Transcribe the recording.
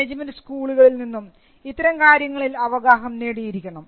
management സ്കൂളുകളിൽ നിന്നും ഇത്തരം കാര്യങ്ങളിൽ അവഗാഹം നേടിയിരിക്കണം